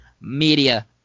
Media